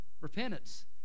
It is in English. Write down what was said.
repentance